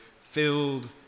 filled